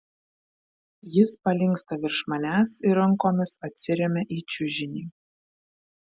jis palinksta virš manęs ir rankomis atsiremia į čiužinį